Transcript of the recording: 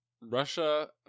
Russia